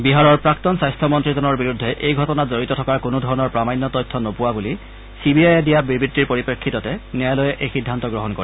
বিহাৰৰ প্ৰাক্তন স্বাস্থ্য মন্ত্ৰীজনৰ বিৰুদ্ধে এই ঘটনাত জড়িত থকাৰ কোনো ধৰণৰ প্ৰমাণ্য তথ্য নোপোৱা বুলি চি বি আয়ে দিয়া বিবৃতিৰ পৰিপ্ৰেক্ষিততে ন্যায়ালয়ে এই সিদ্ধান্ত গ্ৰহণ কৰে